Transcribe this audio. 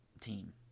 team